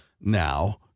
Now